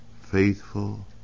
faithful